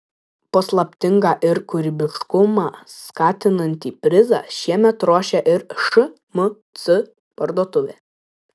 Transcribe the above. paslaptingą ir kūrybiškumą skatinantį prizą šiemet ruošia ir šmc parduotuvė